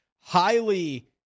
highly